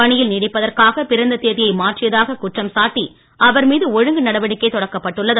பணியில் நீடிப்பதற்காக பிறந்த தேதியை மாற்றியதாக குற்றம் சாட்டி அவர் மீது ஒழுங்கு நடவடிக்கை தொடக்கப்பட்டுள்ளது